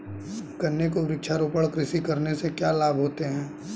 गन्ने की वृक्षारोपण कृषि करने से क्या लाभ होते हैं?